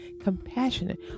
compassionate